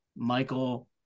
Michael